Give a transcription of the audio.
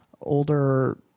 older